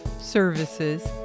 services